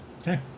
Okay